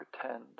pretend